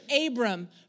Abram